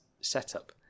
setup